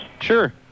sure